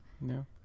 No